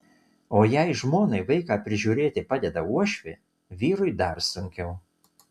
o jei žmonai vaiką prižiūrėti padeda uošvė vyrui dar sunkiau